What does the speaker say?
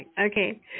Okay